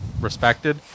respected